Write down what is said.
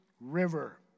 River